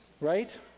Right